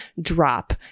drop